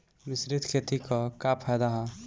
मिश्रित खेती क का फायदा ह?